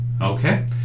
Okay